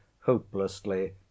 hopelessly